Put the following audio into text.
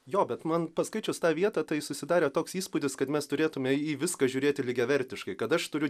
jo bet man paskaičius tą vietą tai susidarė toks įspūdis kad mes turėtume į viską žiūrėti lygiavertiškai kad aš turiu